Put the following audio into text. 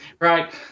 right